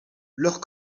leurs